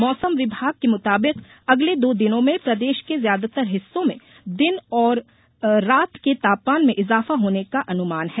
मौसम विभाग के मुताबिक अगले दो दिनों में प्रदेश के ज्यादातर हिस्सों में दिन और रात के तापमान में इजाफा होने का अनुमान है